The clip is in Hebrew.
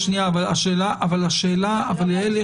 אבל יעל,